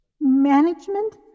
Management